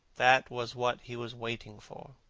that was what he was waiting for.